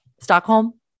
Stockholm